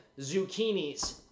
zucchinis